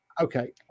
okay